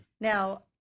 Now